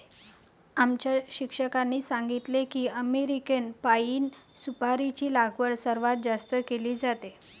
आमच्या शिक्षकांनी सांगितले की अमेरिकेत पाइन सुपारीची लागवड सर्वात जास्त केली जाते